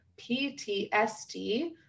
PTSD